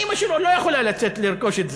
ואימא שלו לא יכולה לצאת לרכוש את זה.